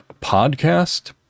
podcast